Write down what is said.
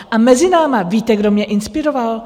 A mezi námi, víte, kdo měl inspiroval?